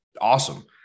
awesome